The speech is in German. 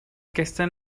gestern